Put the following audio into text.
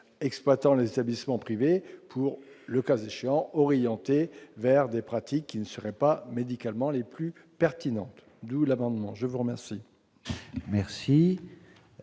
exploitant les établissements privés pour, le cas échéant, vers des pratiques qui ne serait pas médicalement les plus pertinentes, d'où l'amendement, je vous remercie.